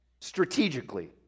strategically